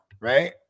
Right